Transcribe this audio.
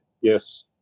yes